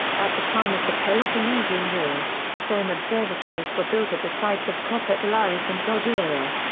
at the time of the peloponnesian war, stone observatories were built at the sites of prophet elias and zogeria.